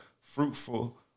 fruitful